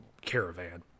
caravan